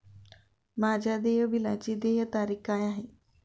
माझ्या देय बिलाची देय तारीख काय आहे?